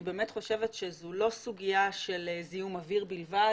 באמת חושבת שזאת לא סוגיה של זיהום אוויר בלבד,